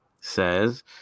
says